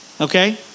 okay